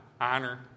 honor